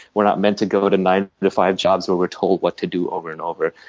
we're not meant to go to nine to five jobs where we're told what to do over and over.